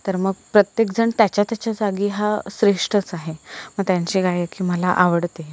तर मग प्रत्येक जण त्याच्या त्याच्या जागी हा श्रेष्ठच आहे मग त्यांची गायकी मला आवडते